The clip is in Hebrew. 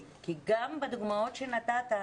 כי גם בדוגמאות שנתת,